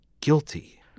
guilty